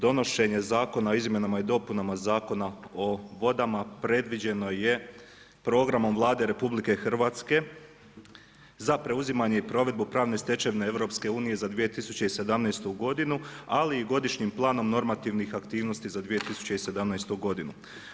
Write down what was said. Donošenje Zakona o izmjenama i dopunama Zakona o vodama predviđeno je programom Vlade RH za preuzimanje i provedbu pravne stečevine EU za 2017. godinu ali i godišnjim planom normativnih aktivnosti za 2017. godinu.